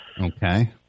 Okay